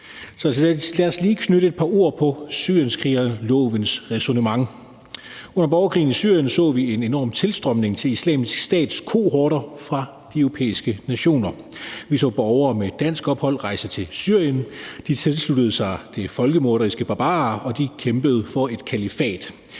Lad os lige knytte et par ord til syrienskrigerlovens ræsonnement. Under borgerkrigen i Syrien så vi en enorm tilstrømning til Islamisk Stats kohorter fra de europæiske nationer. Vi så borgere med dansk ophold rejse til Syrien. De tilsluttede sig de folkemorderiske barbarer, og de kæmpede for et kalifat.